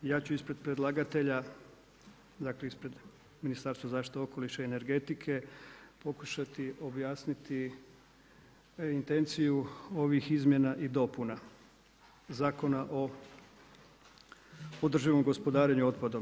Ja ću ispred predlagatelja dakle ispred Ministarstva zaštite okoliša i energetike pokušati objasniti intenciju ovih izmjena i dopuna Zakona o održivom gospodarenju otpadom.